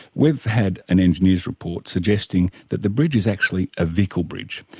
we've had an engineer's report suggesting that the bridge is actually a vehicle bridge,